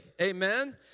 Amen